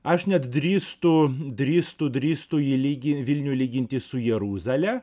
aš net drįstu drįstų drįstų jį lygint vilnių lyginti su jeruzale